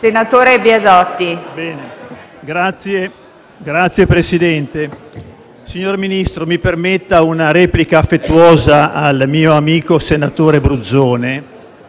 Signor Presidente, signor Ministro, mi permetta una replica affettuosa al mio amico senatore Bruzzone: